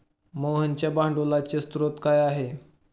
मोहनच्या भांडवलाचे स्रोत काय आहे?